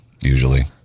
usually